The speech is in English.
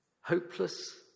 Hopeless